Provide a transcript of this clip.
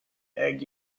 egg